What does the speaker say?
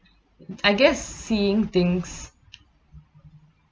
I guess seeing things